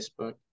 Facebook